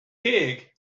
pig